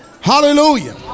Hallelujah